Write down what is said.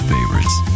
Favorites